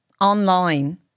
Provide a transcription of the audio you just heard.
online